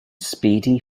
speedy